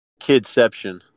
Kidception